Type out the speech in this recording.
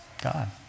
God